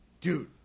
Dude